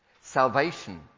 Salvation